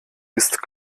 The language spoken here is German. ist